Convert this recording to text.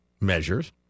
measures